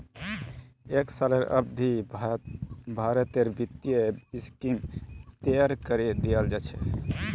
एक सालेर अवधित भारतेर वित्तीय स्कीमक तैयार करे दियाल जा छे